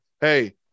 hey